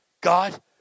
God